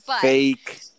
Fake